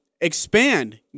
Expand